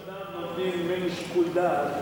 אם לאדם אין שיקול דעת,